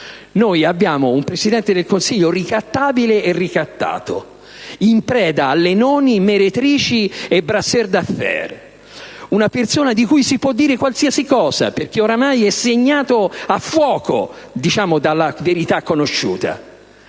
Noi abbiamo un Presidente del Consiglio ricattabile e ricattato, in preda a lenoni, meretrici e *brasseur d'affaires*, una persona di cui si può dire qualsiasi cosa, perché ormai è segnato a fuoco dalla verità conosciuta.